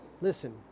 listen